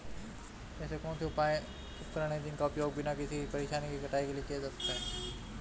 ऐसे कौनसे उपकरण हैं जिनका उपयोग बिना किसी परेशानी के कटाई के लिए किया जा सकता है?